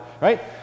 right